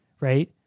right